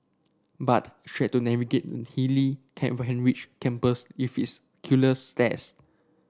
but she had to navigate hilly Kent Ridge campus with its killer stairs